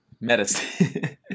Medicine